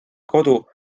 kodu